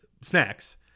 snacks